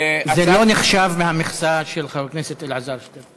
זה לא נחשב מהמכסה של חבר הכנסת אלעזר שטרן.